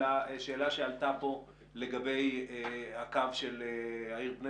השאלה שעלתה כאן לגבי הקו של העיר בני